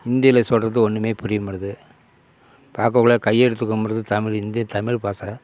ஹிந்தில சொல்கிறது ஒன்னுமே புரிய மாட்டுது பார்க்கக்குள்ள கை எடுத்து கும்புடுது தமிழ் இந்திய தமிழ் பச